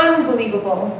Unbelievable